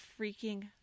freaking